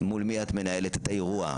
מול מי את מנהלת את האירוע?